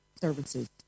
services